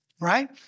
right